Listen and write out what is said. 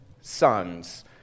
sons